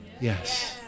Yes